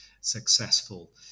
successful